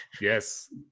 Yes